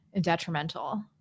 detrimental